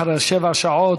אחרי שבע השעות,